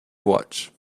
watch